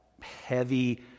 heavy